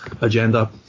agenda